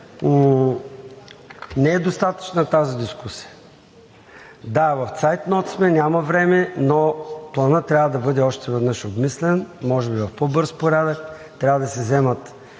не е достатъчна тази дискусия. Да, в цайтнот сме, няма време, но Планът трябва да бъде още веднъж обмислен, може би в по-бърз порядък. Трябва да се вземат